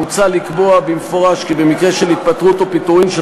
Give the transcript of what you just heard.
מוצע לקבוע במפורש כי במקרה של התפטרות או פיטורים של